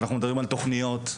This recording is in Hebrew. ומדברים על תכניות,